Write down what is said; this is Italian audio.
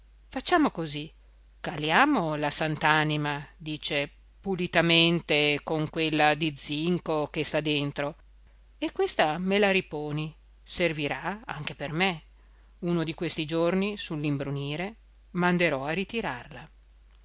facciamo così caliamo la sant'anima dice pulitamente con quella di zinco che sta dentro e questa me la riponi servirà anche per me uno di questi giorni sull'imbrunire manderò a ritirarla